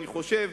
אני חושב,